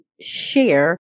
share